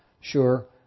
Sure